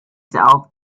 south